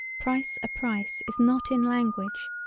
price a price is not in language,